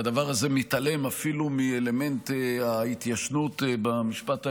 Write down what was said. והדבר הזה מתעלם אפילו מאלמנט ההתיישנות במשפט האזרחי,